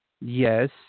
Yes